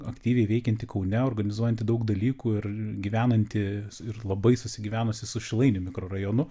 aktyviai veikianti kaune organizuojanti daug dalykų ir gyvenanti ir labai susigyvenusi su šilainių mikrorajonu